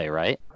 right